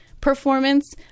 performance